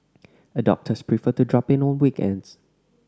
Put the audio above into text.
adopters prefer to drop in on weekends